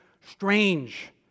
strange